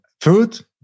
food